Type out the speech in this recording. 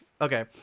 Okay